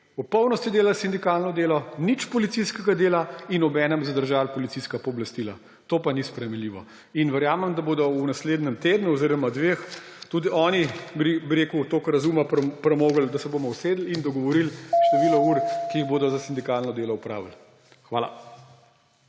v polnosti delali sindikalno delo, nič policijskega dela in obenem zadržali policijska pooblastila. To pa ni sprejemljivo. In verjamem, da bodo v naslednjem tednu oziroma dveh tudi oni toliko razuma premogli, da se bomo usedli in dogovoril število ur, ki jih bodo za sindikalno delo opravili. Hvala.